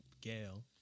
Gail